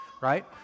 right